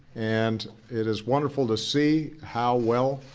and it is wonderful to see how well